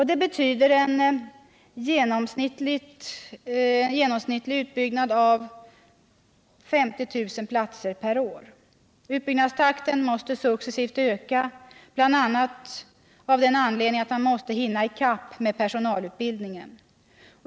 Det betyder en genomsnittlig utbyggnad av lägst 50 000 platser per år. Utbyggnadstakten måste successivt ökas, bl.a. av den anledningen att man måste hinna i kapp med personalutbildningen.